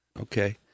Okay